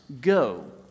Go